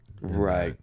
Right